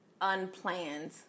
unplanned